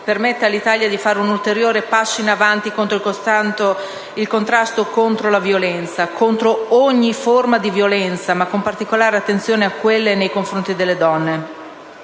permette all'Italia di fare un ulteriore passo avanti nel contrasto alla violenza, contro ogni forma di violenza, ma con particolare attenzione a quella e nei confronti delle donne.